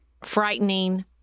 frightening